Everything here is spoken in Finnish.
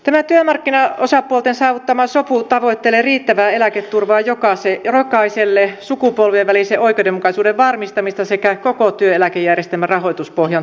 tämä työmarkkinaosapuolten saavuttama sopu tavoittelee riittävää eläketurvaa jokaiselle sukupolvien välisen oikeudenmukaisuuden varmistamista sekä koko työeläkejärjestelmän rahoituspohjan turvaamista